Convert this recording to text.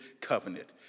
covenant